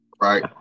right